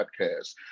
podcast